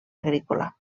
agrícola